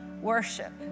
worship